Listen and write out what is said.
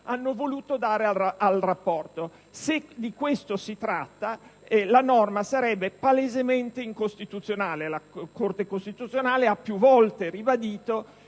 hanno voluto dare al rapporto. Se di questo si tratta, la norma è palesemente incostituzionale. La Corte costituzionale ha più volte ribadito